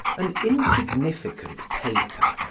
an insignificant paper,